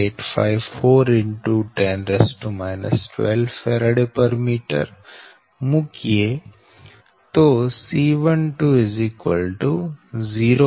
854 10 12 Fm મૂકીએ તો C120